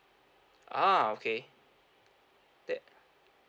ah okay that